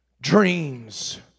Dreams